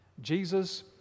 Jesus